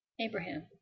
Abraham